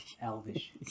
Elvish